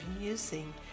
using